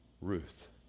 Ruth